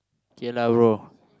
okay lah bro